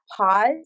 pause